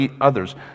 others